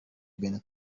ben